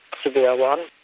severe one,